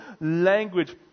language